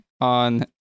on